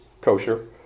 kosher